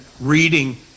reading